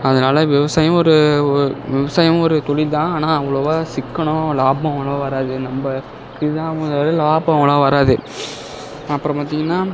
அதனால விவசாயம் ஒரு ஒரு விவசாயமும் ஒரு தொழில்தான் ஆனால் அவ்வளவா சிக்கனம் லாபம் ஆனால் வராது நம்ப இதுதான் லாபம் ஆனால் வராது அப்புறோம் பார்த்திங்கனா